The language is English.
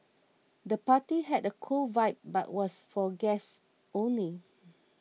the party had a cool vibe but was for guests only